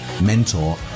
mentor